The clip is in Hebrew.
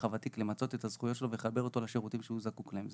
הוותיק למצות את הזכויות שלו ולחבר אותו לשירותים שהוא זקוק להם.